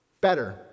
Better